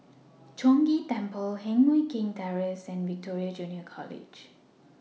Chong Ghee Temple Heng Mui Keng Terrace and Victoria Junior College